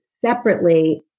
separately